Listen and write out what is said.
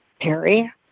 Harry